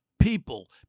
people